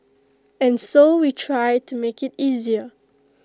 and so we try to make IT easier